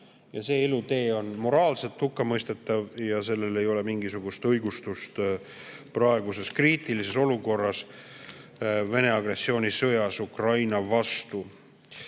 See elutee on moraalselt hukkamõistetav ja sellel ei ole mingisugust õigustust praeguses kriitilises olukorras Vene agressioonisõjas Ukraina vastu.